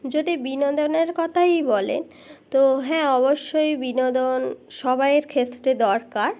যদি বিনোদনের কথাই বলেন তো হ্যাঁ অবশ্যই বিনোদন সবাইয়ের ক্ষেত্রে দরকার